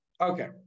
Okay